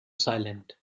silent